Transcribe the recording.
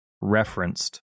referenced